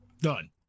Done